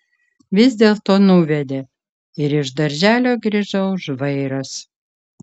vis dėlto nuvedė ir iš darželio grįžau žvairas